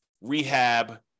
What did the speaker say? rehab